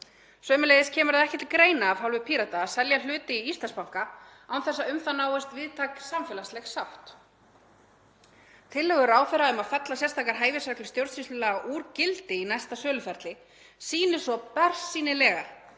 Sömuleiðis kemur það ekki til greina af hálfu Pírata að selja hluti í Íslandsbanka án þess að um það náist víðtæk samfélagsleg sátt. Tillögur ráðherra um að fella sérstakar hæfisreglur stjórnsýslulaga úr gildi í næsta söluferli sýnir svo bersýnilega